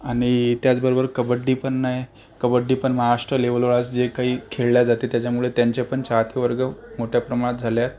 आणि त्याचबरोबर कबड्डीपण आहे कबड्डीपण महाराष्ट्र लेवलवर आज जे काही खेळल्या जाते त्याच्यामुळे त्यांचेपण चाहतेवर्ग मोठ्या प्रमाणात झालेत